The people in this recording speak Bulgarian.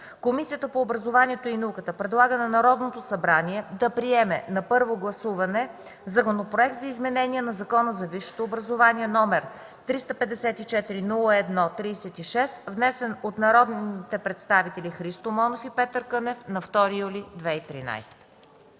Комисията по образованието и науката предлага на Народното събрание да приеме на първо гласуване Законопроект за изменение на Закона за висшето образование, № 354-01-36, внесен от народните представители Христо Монов и Петър Кънев на 2 юли 2013